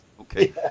Okay